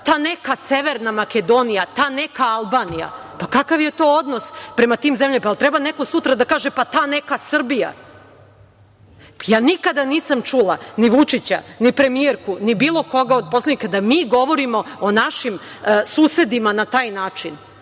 ta neka Severna Makedonija, ta neka Albanija, pa, kakav je to odnos prema tim zemljama? Jel treba neko sutra da kaže – pa, ta neka Srbija. Ja nikada nisam čula ni Vučića, ni premijerku, ni bilo koga od poslanika da mi govorimo o našim susedima na taj način